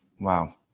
wow